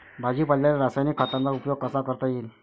भाजीपाल्याले रासायनिक खतांचा उपयोग कसा करता येईन?